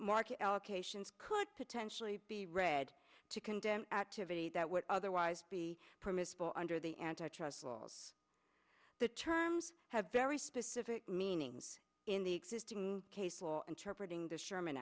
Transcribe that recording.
market allocations could potentially be read to condemn activity that would otherwise be permissible under the antitrust laws the terms have very specific meanings in the existing case for interpret ing the sherman